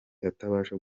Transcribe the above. atabasha